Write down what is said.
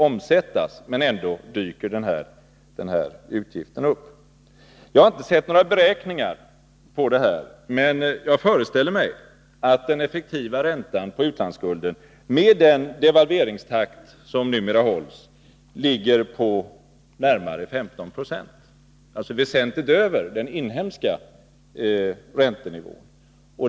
Jag antar att lånen skall omsättas — men den här utgiften dyker ändå upp. Jag har inte sett några beräkningar på detta, men jag föreställer mig att den effektiva räntan på utlandsskulden, med den devalveringstakt som numera hålls, ligger på närmare 15 20 — alltså väsentligt över den inhemska räntenivån.